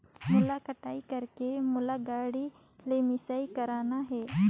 मोला कटाई करेके मोला गाड़ी ले मिसाई करना हे?